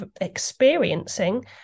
experiencing